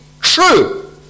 true